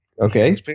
Okay